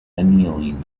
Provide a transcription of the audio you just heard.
annealing